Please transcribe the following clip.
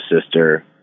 sister